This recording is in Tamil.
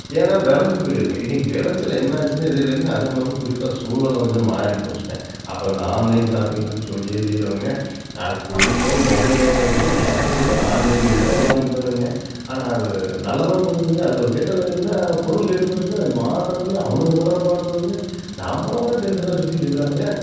ஏன்னா விளஞ்சி போயிருங்க இன்னைக்கி விளச்சல் என்னாச்சின்னே தெரியலைங்க அதுவும் இல்லாமல் குறிப்பாக சூழ்நில கொஞ்சம் மாறிப் போச்சுங்க அப்புறம் இந்த ஆன்லைன் ஷாப்பிங் பதற்றி சொல்லியே தீரணுங்க நான் குறிப்பாக மொபைல் வாங்குறதுக்கப்புறம் பசங்க பூராக ஆன்லைன்லேயே தான் வாங்க்குவானுங்க ஆனால் அது நல்லதாகவும் இருக்குதுங்க அதில் ஒரு கெட்டது என்னங்கன்னா பொருள் கெட்டு போச்சுன்னால் அது மாற்றக்குள்ளயே அவனுங்கள் படுற பாடு பாருங்கள் நம்மளை விட டென்ஷனாகி சுற்றிட்டு இருக்குறானுங்க